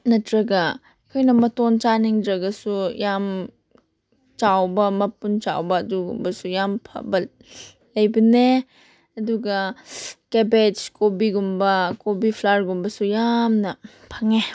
ꯅꯠꯇ꯭ꯔꯒ ꯑꯩꯈꯣꯏꯅ ꯃꯇꯣꯟ ꯆꯥꯅꯤꯡꯗ꯭ꯔꯒꯁꯨ ꯌꯥꯝ ꯆꯥꯎꯕ ꯃꯄꯨꯟ ꯆꯥꯎꯕ ꯑꯗꯨꯒꯨꯝꯕꯁꯨ ꯌꯥꯝ ꯐꯕ ꯂꯩꯕꯅꯦ ꯑꯗꯨꯒ ꯀꯦꯕꯦꯖ ꯀꯣꯕꯤꯒꯨꯝꯕ ꯀꯣꯕꯤ ꯐ꯭ꯂꯣꯋꯥꯔꯒꯨꯝꯕꯁꯨ ꯌꯥꯝꯅ ꯐꯪꯉꯦ